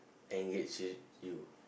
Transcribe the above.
engage with you